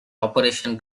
operation